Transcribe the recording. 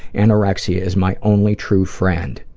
anorexia is my only true friend.